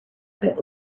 bit